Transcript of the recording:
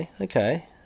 okay